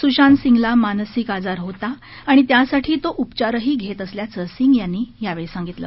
सुशांत सिंगला मानसिक आजार होता आणि त्यासाठी तो उपचारही घेत असल्याचं सिंग यांनी सांगितले